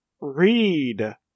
read